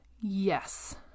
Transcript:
yes